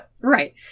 Right